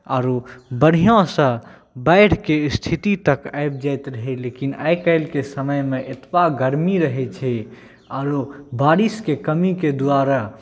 आओर बढ़िआँसँ बाढ़िके स्थिति तक आबि जाइत रहै लेकिन आइकाल्हिके समयमे एतबा गरमी रहै छै आओर बारिशके कमीके दुआरे